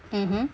mmhmm